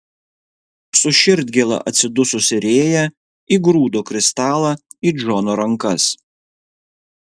su širdgėla atsidususi rėja įgrūdo kristalą į džono rankas